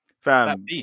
Fam